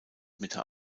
mitte